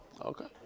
Okay